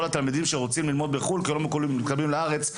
התלמידים שרוצים ללמוד בחו"ל כי הם לא מתקבלים בארץ.